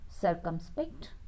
circumspect